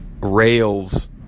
rails